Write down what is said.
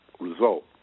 result